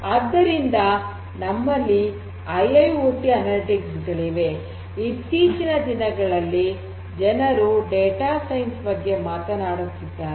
ಆದ್ದರಿಂದ ನಮ್ಮಲ್ಲಿ I I O T analytics ಗಳಿವೆ ಅಂದರೆ ಇತ್ತೀಚಿನ ದಿನಗಳಲ್ಲಿ ಜನರು ಡೇಟಾ ಸೈನ್ಸ್ ಬಗ್ಗೆ ಮಾತನಾಡುತ್ತಿದ್ದಾರೆ